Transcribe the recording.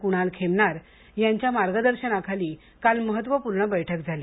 क्णाल खेमनार यांच्या मार्गदर्शनाखाली काल महत्त्वपूर्ण बैठक झाली